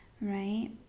right